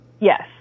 Yes